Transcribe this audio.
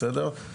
בסדר?